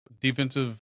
defensive